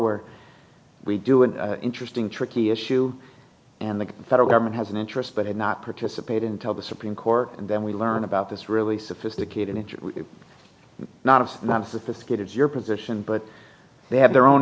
where we do an interesting tricky issue and the federal government has an interest but not participate in tell the supreme court and then we learn about this really sophisticated engine not of not sophisticated your position but they have